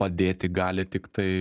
padėti gali tiktai